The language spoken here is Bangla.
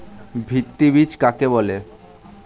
ভিত্তি বীজ কাকে বলে?